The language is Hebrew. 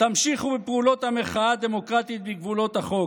תמשיכו בפעולות המחאה הדמוקרטית בגבולות החוק.